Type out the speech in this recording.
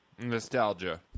Nostalgia